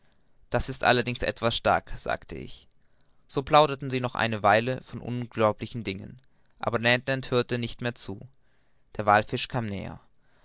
das ist allerdings etwas stark sagte ich so plauderten sie noch eine weile von unglaublichen dingen aber ned land hörte nicht mehr zu der wallfisch kam näher